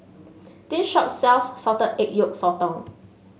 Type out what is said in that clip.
this shop sells Salted Egg Yolk Sotong